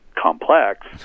complex